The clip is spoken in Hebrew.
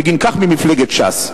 בגין כך ממפלגת ש"ס.